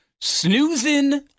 snoozing